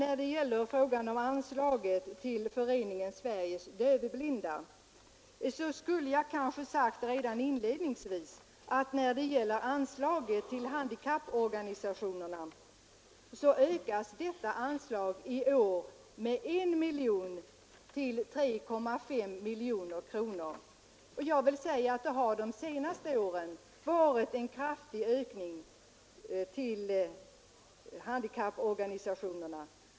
I fråga om anslaget till Föreningen Sveriges dövblinda skulle jag kanske ha sagt redan inledningsvis att anslaget till handikapporganisationerna ökas i år med 1 miljon till 3,5 miljoner kronor. Det har de senaste åren varit en kraftig ökning av anslaget till handikapporganisationerna.